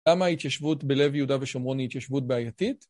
למה ההתיישבות בלב יהודה ושומרון היא התיישבות בעייתית?